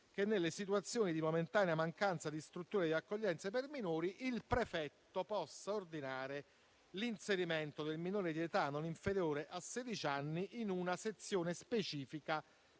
che nelle situazioni di momentanea mancanza di strutture di accoglienza per minori il prefetto possa ordinare l'inserimento del minore di età non inferiore a sedici anni in una sezione specifica